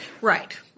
Right